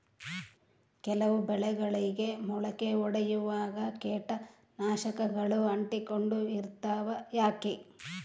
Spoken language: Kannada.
ಕೆಲವು ಬೆಳೆಗಳಿಗೆ ಮೊಳಕೆ ಒಡಿಯುವಾಗ ಕೇಟನಾಶಕಗಳು ಅಂಟಿಕೊಂಡು ಇರ್ತವ ಯಾಕೆ?